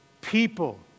people